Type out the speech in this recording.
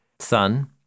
son